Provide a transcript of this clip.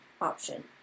option